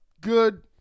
good